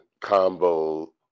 combo